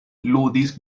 ludis